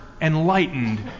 enlightened